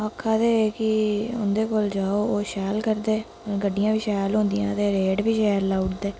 आखा दे हे कि उं'दे कोल जाओ ओह् शैल करदे गड्डियां बी शैल होंदियां ते रेट बी शैल लाउड़दे